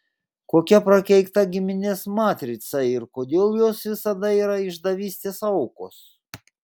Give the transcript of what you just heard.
kokia prakeikta giminės matrica ir kodėl jos visada yra išdavystės aukos